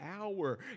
hour